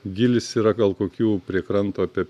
gylis yra gal kokių prie kranto apie